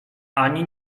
ani